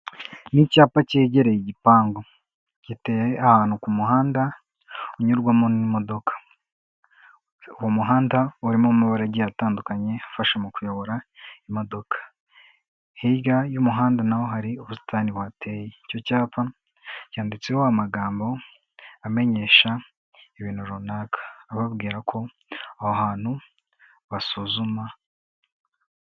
NI icyapa cyegereye igipangu giteye ahantu ku muhanda unyurwa mumodoka uwo muhanda urimo mabaragi atandukanye afasha mu kuyobora imodoka hirya y'umuhanda naho hari ubusitani wateye icyo cyapa cyanditseho amagambo amenyesha ibintu runaka ababwira ko aho hantu basuzuma.